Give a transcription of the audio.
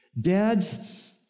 Dads